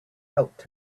helped